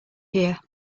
here